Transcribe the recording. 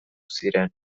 ziren